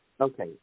Okay